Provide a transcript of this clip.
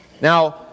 Now